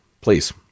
Please